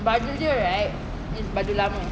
baju dia right is baju lama